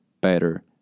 better